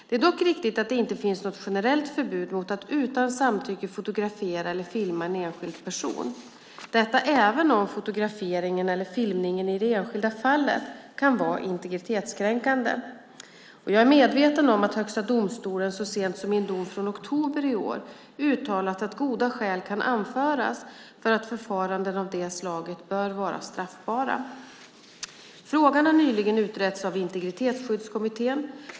Det är dock riktigt att det inte finns något generellt förbud mot att utan samtycke fotografera eller filma en enskild person, detta även om fotograferingen eller filmningen i det enskilda fallet kan vara integritetskränkande. Jag är medveten om att Högsta domstolen så sent som i en dom från oktober i år uttalat att goda skäl kan anföras för att förfaranden av det slaget bör vara straffbara. Frågan har nyligen utretts av Integritetsskyddskommittén.